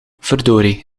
verdorie